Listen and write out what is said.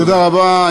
תודה רבה.